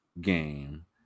game